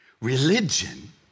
Religion